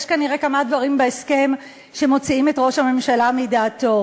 יש כנראה כמה דברים בהסכם שמוציאים את ראש הממשלה מדעתו.